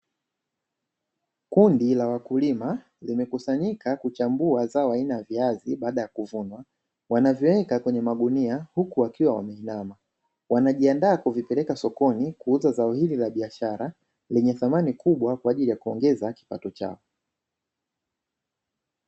Kundi la wakulima limekusanyika kuchambua zao aina ya viazi baada ya kuvunwa. Wanaviweka kwenye magunia huku wakiwa wameinama, wanajiandaa kuvipeleka sokoni kuuza zao hili la biashara lenye thamani kwaajili ya kuongeza kipato chao.